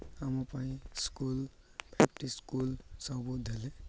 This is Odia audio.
ଆମ ପାଇଁ ସ୍କୁଲ୍ ଫାଇବ୍ ଟି ସ୍କୁଲ୍ ସବୁ ଦେଲେ